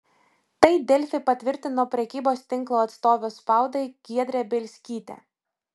tai delfi patvirtino prekybos tinklo atstovė spaudai giedrė bielskytė